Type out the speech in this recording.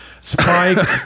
spike